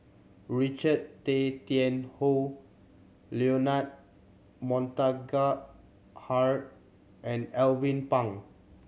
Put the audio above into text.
Richard Tay Tian Hoe Leonard Montague Harrod and Alvin Pang